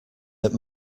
that